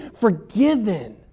forgiven